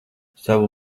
savu